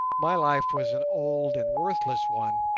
my life was an old and worthless one,